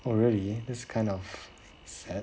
oh really that's kind of